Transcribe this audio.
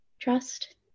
trust